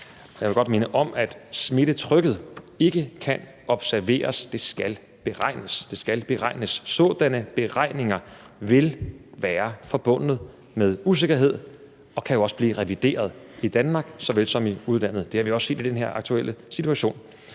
Jeg vil godt minde om, at smittetrykket ikke kan observeres – det skal beregnes. Sådanne beregninger vil være forbundet med usikkerhed og kan jo også blive revideret i Danmark såvel som i udlandet. Det har vi også set i den her aktuelle situation.